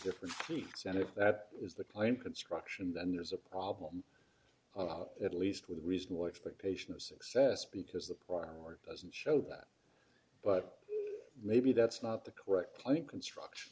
different weeks and if that is the claim construction then there's a problem at least with a reasonable expectation of success because the priority doesn't show that but maybe that's not the correct planning construction